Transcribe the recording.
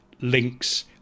links